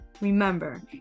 Remember